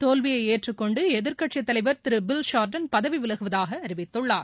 தோல்வியை ஏற்றுக்கொண்டு எதிர்க்க்ட்சி தலைவர் திரு பில் ஷார்ட்டன் பதவி விலகுவதாக அறிவித்துள்ளார்